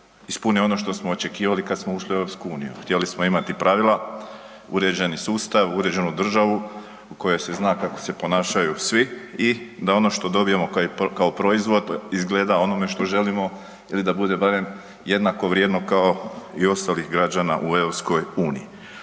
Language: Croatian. ispuni ono što smo očekivali kad smo ušli u EU, htjeli smo imati pravila, uređeni sustav, uređenu državu u kojoj se zna kako se ponašaju svi i da ono što dobijemo kao proizvod, izgleda onome što želimo ili da bude barem jednako vrijedno kao i ostalih građana u EU-u.